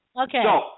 Okay